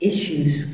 Issues